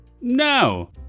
No